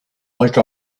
like